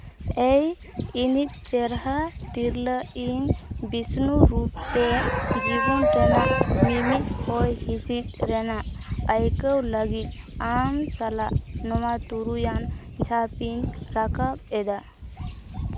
ᱮᱭ ᱤᱧᱤᱡ ᱪᱮᱨᱦᱟ ᱛᱤᱨᱞᱟᱹ ᱤᱧ ᱵᱤᱥᱱᱩ ᱨᱩᱯ ᱛᱮ ᱡᱤᱵᱚᱱ ᱨᱮᱱᱟᱜ ᱢᱤᱢᱤᱫ ᱦᱚᱭ ᱦᱤᱸᱥᱤᱫ ᱨᱮᱱᱟᱜ ᱟᱹᱭᱠᱟᱹᱣ ᱞᱟᱹᱜᱤᱫ ᱟᱢ ᱥᱟᱞᱟᱜ ᱱᱚᱣᱟ ᱛᱩᱨᱩᱭᱟᱱ ᱡᱷᱟᱯ ᱤᱧ ᱨᱟᱠᱟᱵ ᱮᱫᱟ